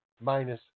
minus